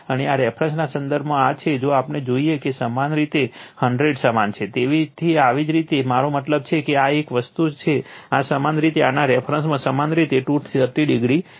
અને આ રેફરન્સના સંદર્ભમાં આ છે જો આપણે જોઈએ કે આ સમાન રીતે 100 સમાન છે તેથી આવી જ રીતે મારો મતલબ છે કે આ એક છે આ સમાન રીતે આના રેફરન્સમાં સમાન રીતે 230o છે